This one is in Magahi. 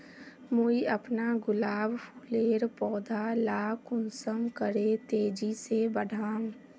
मुई अपना गुलाब फूलेर पौधा ला कुंसम करे तेजी से बढ़ाम?